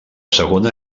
segona